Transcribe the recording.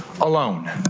alone